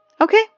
Okay